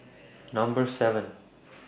Number seven